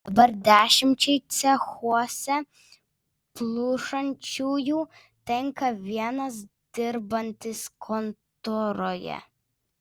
dabar dešimčiai cechuose plušančiųjų tenka vienas dirbantis kontoroje